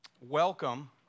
welcome